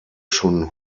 schon